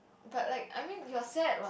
but like I mean you're sad what